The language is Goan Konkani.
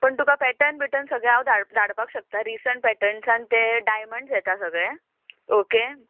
पण तुका पॅटन बिटन सगळे हांव धाड धाडपाक शकता रिसंट पॅटन तें डायमंड्स येता सगळे ओके